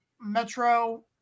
Metro